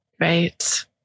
Right